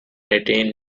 eighteen